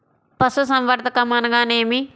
పశుసంవర్ధకం అనగానేమి?